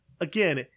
again